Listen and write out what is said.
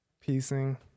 piecing